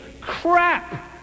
crap